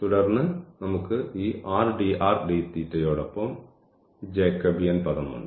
തുടർന്ന് നമുക്ക് ഈ rdrdθ യോടൊപ്പം ഈ ജേക്കബിയൻ പദം ഉണ്ട്